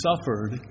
suffered